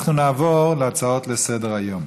אנחנו נעבור להצעות לסדר-היום.